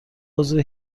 عضو